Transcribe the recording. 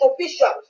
officials